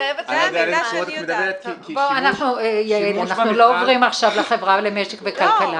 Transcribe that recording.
אנחנו לא עוברים עכשיו לחברה למשק וכלכלה.